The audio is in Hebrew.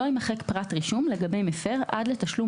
לא יימחק פרט רישום לגבי מפר עד לתשלום